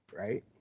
right